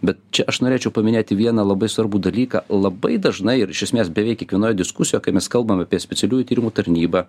bet čia aš norėčiau paminėti vieną labai svarbų dalyką labai dažnai ir iš esmės beveik kiekvienoj diskusijoj kai mes kalbam apie specialiųjų tyrimų tarnybą